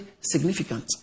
significant